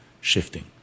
shifting